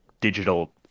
digital